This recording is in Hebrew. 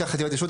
6ב(ה).